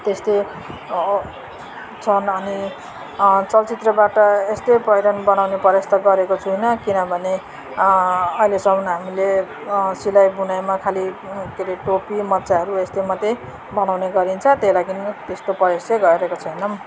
त्यस्तै छन् अनि चलचित्रबाट यस्तै पहिरन बनाउने प्रयास त गरेको छुइनँ किनभने अहिलेसम्म हामीले सिलाइ बुनाइमा खालि के अरे टोपी मोजाहरू यस्तै मात्रै बनाउने गरिन्छ त्यही लागि त्यस्तो प्रयास चाहिँ गरेको छैनौँ